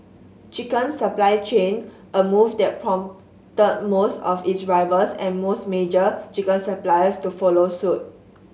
chicken supply chain a move there prompted most of its rivals and most major chicken suppliers to follow suit